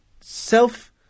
self